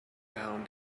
behind